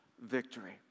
victory